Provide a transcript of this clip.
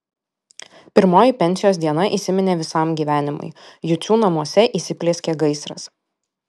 pirmoji pensijos diena įsiminė visam gyvenimui jucių namuose įsiplieskė gaisras